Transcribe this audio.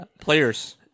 players